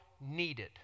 needed